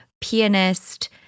pianist